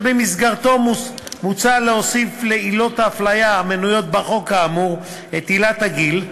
שבמסגרתו מוצע להוסיף לעילות ההפליה המנויות בחוק האמור את עילת הגיל,